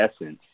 essence